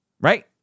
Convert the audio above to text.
Right